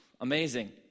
amazing